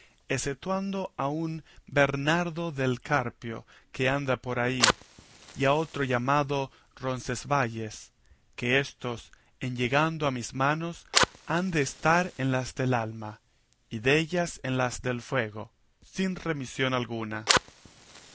ecetuando a un bernardo del carpio que anda por ahí y a otro llamado roncesvalles que éstos en llegando a mis manos han de estar en las del ama y dellas en las del fuego sin remisión alguna